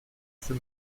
für